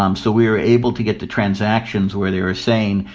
um so we were able to get the transactions where they were saying,